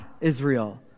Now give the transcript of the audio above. Israel